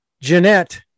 Jeanette